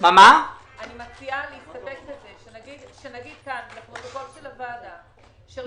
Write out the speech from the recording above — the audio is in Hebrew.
מציעה להסתפק בזה שנאמר פה לפרוטוקול הוועדה.